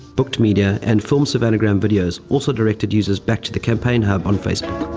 booked media and filmed savannagram videos also directed users back to the campaign hub on facebook.